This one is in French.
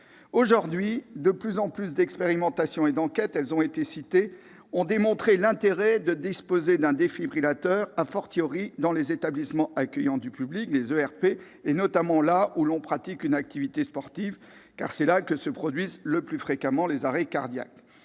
aujourd'hui. De plus en plus d'expérimentations et d'enquêtes démontrent l'intérêt de disposer d'un défibrillateur, dans les établissements recevant du public, les ERP, notamment ceux où l'on pratique une activité sportive, car c'est là que se produisent le plus fréquemment les arrêts cardiaques.